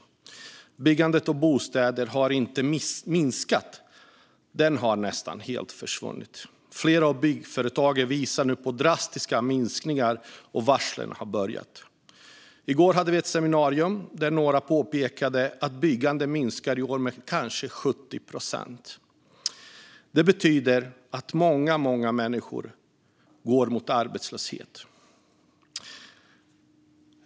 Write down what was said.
Byggandet av bostäder har inte minskat utan nästan helt försvunnit. Flera av byggföretagen visar nu på drastiska minskningar, och varslen har börjat. I går hade vi ett seminarium där några påpekade att byggandet i år kanske minskar med 70 procent. Det betyder att många människor går mot arbetslöshet.